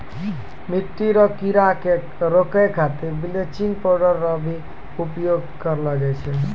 मिट्टी रो कीड़े के रोकै खातीर बिलेचिंग पाउडर रो भी उपयोग करलो जाय छै